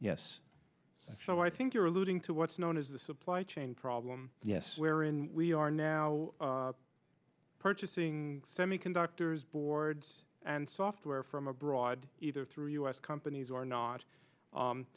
yes so i think you're alluding to what's known as the supply chain problem yes wherein we are now purchasing semiconductors boards and software from abroad either through u s companies or not